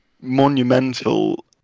monumental